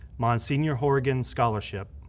monsignor horrigan scholarship.